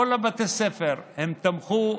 בכל בתי הספר הם תמכו.